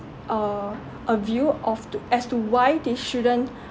uh a view of to as to why they shouldn't